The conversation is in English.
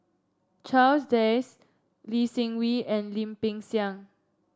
Charles Dyce Lee Seng Wee and Lim Peng Siang